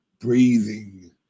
breathing